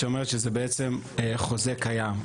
שאומרת שזה בעצם חוזה קיים.